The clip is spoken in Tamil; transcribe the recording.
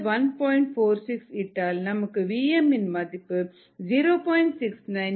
46 இட்டால் நமக்கு vm இன் மதிப்பு 0